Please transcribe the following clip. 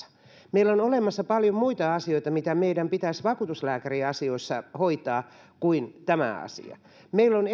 meillä on olemassa paljon muitakin asioita mitä meidän pitäisi vakuutuslääkäriasioissa hoitaa kuin tämä asia meillä on